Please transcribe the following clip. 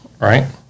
right